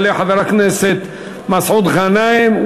יעלה חבר הכנסת מסעוד גנאים,